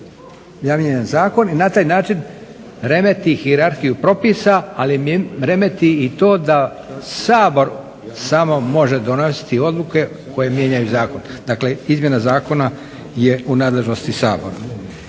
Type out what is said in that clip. ja mijenjam zakon i na taj način remeti hijerarhiju propisa, ali remeti i to da Sabor može donositi odluke koje mijenjaju zakon, dakle izmjena zakona je u nadležnosti Sabora.